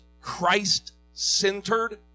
Christ-centered